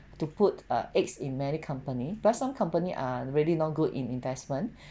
to put uh eggs in many company because some company are really not good in investment